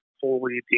fully